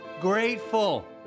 grateful